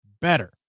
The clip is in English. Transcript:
better